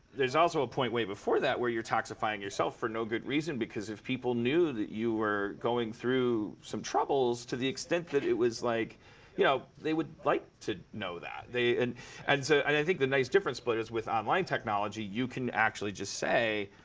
there's also a point, way before that, where you're toxifying yourself for no good reason. because if people knew that you were going through some troubles, to the extent that it was, like you know, they would like to know that. and and so i think the nice difference but is, with online technology, you can actually just say,